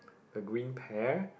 a green pear